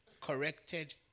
Corrected